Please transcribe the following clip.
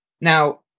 Now